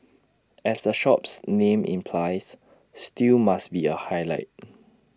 as the shop's name implies stew must be A highlight